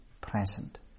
present